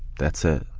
that's it.